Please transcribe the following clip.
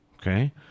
okay